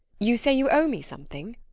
you say you owe me something?